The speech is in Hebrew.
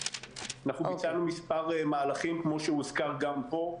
אנחנו ביצענו מספר מהלכים כמו שהוזכר גם פה.